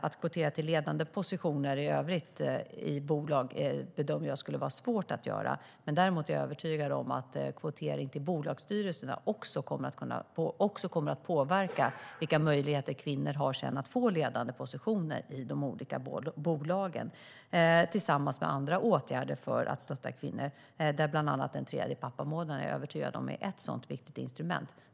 Att kvotera till ledande positioner i övrigt i bolag bedömer jag skulle vara svårt att göra. Jag är däremot övertygad om att kvotering till bolagsstyrelserna också kommer att påverka vilka möjligheter kvinnor sedan har att få ledande positioner i de olika bolagen, tillsammans med andra åtgärder för att stötta kvinnor. Jag är övertygad om att bland annat en tredje pappamånad är ett sådant viktigt instrument.